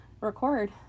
record